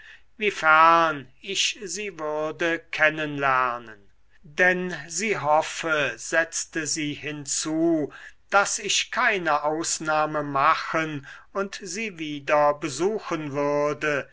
wiefern ich sie würde kennen lernen denn sie hoffe setzte sie hinzu daß ich keine ausnahme machen und sie wieder besuchen würde